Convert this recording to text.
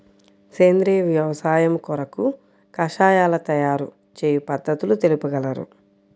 సేంద్రియ వ్యవసాయము కొరకు కషాయాల తయారు చేయు పద్ధతులు తెలుపగలరు?